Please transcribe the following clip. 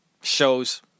shows